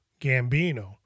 Gambino